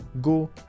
go